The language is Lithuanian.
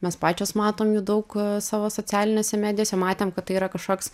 mes pačios matom jų daug savo socialinėse medijose matėm kad tai yra kažkoks